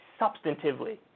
substantively